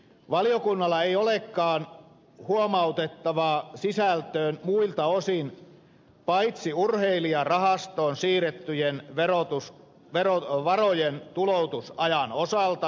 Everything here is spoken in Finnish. valiokunnalla ei olekaan huomautettavaa sisältöön muilta osin kuin urheilijarahastoon siirrettyjen varojen tuloutusajan osalta